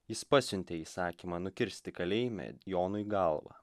jis pasiuntė įsakymą nukirsti kalėjime jonui galvą